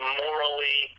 morally